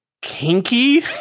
kinky